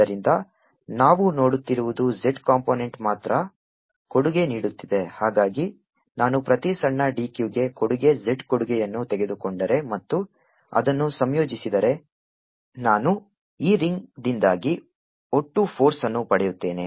ಆದ್ದರಿಂದ ನಾವು ನೋಡುತ್ತಿರುವುದು z ಕಾಂಪೊನೆಂಟ್ ಮಾತ್ರ ಕೊಡುಗೆ ನೀಡುತ್ತಿದೆ ಹಾಗಾಗಿ ನಾನು ಪ್ರತಿ ಸಣ್ಣ d q ಗೆ ಕೊಡುಗೆ z ಕೊಡುಗೆಯನ್ನು ತೆಗೆದುಕೊಂಡರೆ ಮತ್ತು ಅದನ್ನು ಸಂಯೋಜಿಸಿದರೆ ನಾನು ಈ ರಿಂಗ್ದಿಂದಾಗಿ ಒಟ್ಟು ಫೋರ್ಸ್ಅನ್ನು ಪಡೆಯುತ್ತೇನೆ